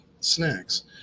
Snacks